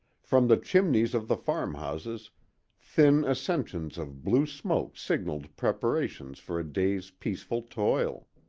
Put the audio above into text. from the chimneys of the farmhouses thin ascensions of blue smoke signaled preparations for a day's peaceful toil.